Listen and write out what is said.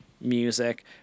music